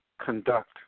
conduct